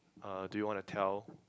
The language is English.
uh do you want to tell